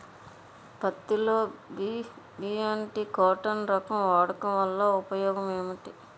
పత్తి లో BT cotton రకం వాడకం వల్ల ఉపయోగం ఏమిటి?